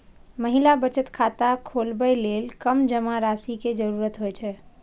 महिला बचत खाता खोलबै लेल कम जमा राशि के जरूरत होइ छै